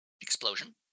explosion